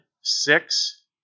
six